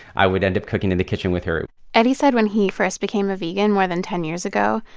i would end up cooking in the kitchen with her eddie said when he first became a vegan more than ten years ago,